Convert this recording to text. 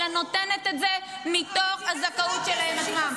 אלא נותנת את זה מתוך הזכאות שלהם עצמם.